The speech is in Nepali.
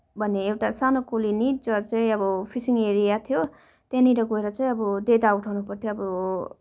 भन्ने एउटा सानो कोलोनी जो चाहिँ अब फिसिङ एरिया थियो त्यहाँनिर गएर चाहिँ अब डेटा उठाउनु पर्थ्यो अब